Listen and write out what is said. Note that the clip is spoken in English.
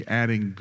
adding